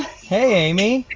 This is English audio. hey amy!